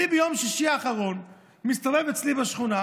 אני ביום שישי האחרון מסתובב אצלי בשכונה,